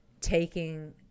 taking